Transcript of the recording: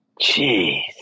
Jeez